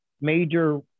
major